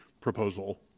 proposal